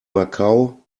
macau